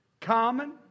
common